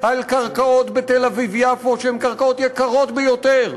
על קרקעות בתל-אביב-יפו שהן קרקעות יקרות ביותר,